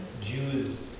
Jews